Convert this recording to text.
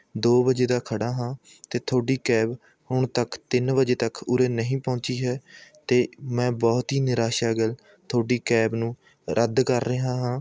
ਦੋ ਵਜੇ ਦਾ ਖੜ੍ਹਾ ਹਾਂ ਅਤੇ ਤੁਹਾਡੀ ਕੈਬ ਹੁਣ ਤੱਕ ਤਿੰਨ ਵਜੇ ਤੱਕ ਉਰੇ ਨਹੀਂ ਪਹੁੰਚੀ ਹੈ ਅਤੇ ਮੈਂ ਬਹੁਤ ਹੀ ਨਿਰਾਸ਼ਾ ਤੁਹਾਡੀ ਕੈਬ ਨੂੰ ਰੱਦ ਕਰ ਰਿਹਾ ਹਾਂ